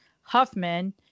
Huffman